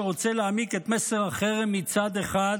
שרוצה להעמיק את מסר החרם מצד אחד,